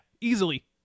Easily